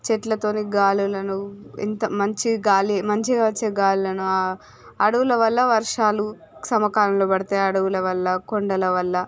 చెట్ల తోని గాలులను ఎంత మంచి గాలి మంచిగా వచ్చే గాలులను అడువుల వల్ల వర్షాలు సమకాలంలో పడుతాయి అడవుల వల్ల కొండల వల్ల